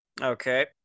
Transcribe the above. Okay